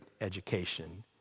education